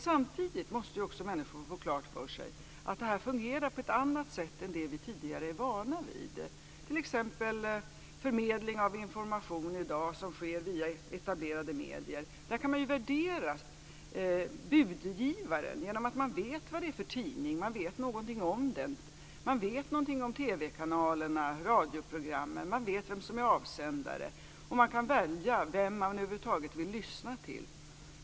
Samtidigt måste människor få klart för sig att detta medium fungerar på ett annat sätt än det vi tidigare är vana vid. I fråga om t.ex. information som i dag förmedlas via etablerade medier går det att värdera budgivaren. Man vet vad det är för tidning, man vet något om TV kanalerna, radioprogrammen och vilka som är avsändarna. Man kan välja vem man vill lyssna till.